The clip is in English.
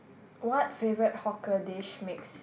what favourite hawker dish makes